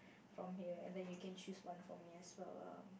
from here and then you can choose one for me as well lah